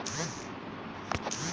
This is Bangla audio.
ধান বীজতলার প্রস্থ কত মিটার হতে হবে?